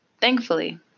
Thankfully